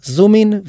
ZoomIn